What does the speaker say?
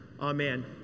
Amen